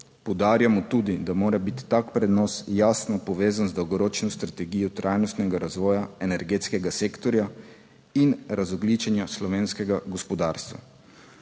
Poudarjamo tudi, da mora biti tak prenos jasno povezan z dolgoročno strategijo trajnostnega razvoja energetskega sektorja in razogljičenja slovenskega gospodarstva.